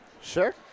Sure